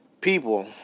People